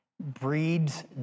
breeds